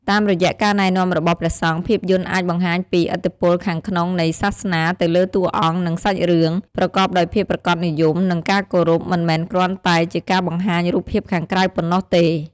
តាមរយៈការណែនាំរបស់ព្រះសង្ឃ ភាពយន្តអាចបង្ហាញពី ឥទ្ធិពលខាងក្នុងនៃសាសនាទៅលើតួអង្គ និងសាច់រឿង ប្រកបដោយភាពប្រាកដនិយម និងការគោរព មិនមែនគ្រាន់តែជាការបង្ហាញរូបភាពខាងក្រៅប៉ុណ្ណោះទេ។